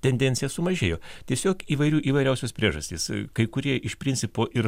tendencija sumažėjo tiesiog įvairių įvairiausios priežastys kai kurie iš principo ir